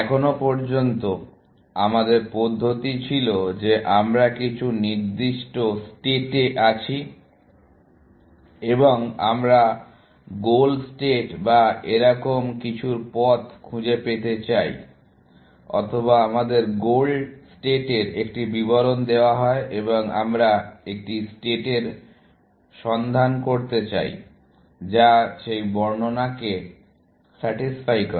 এখন পর্যন্ত আমাদের পদ্ধতি ছিল যে আমরা কিছু নির্দিষ্ট স্টেটে আছি এবং আমরা গোল স্টেট বা এরকম কিছুর পথ খুঁজে পেতে চাই অথবা আমাদের গোল স্টেটের একটি বিবরণ দেওয়া হয় এবং আমরা একটি স্টেটের সন্ধান করতে চাই যা সেই বর্ণনাকে স্যাটিসফাই করে